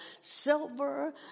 silver